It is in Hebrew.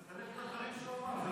את מסלפת את הדברים שהוא אמר.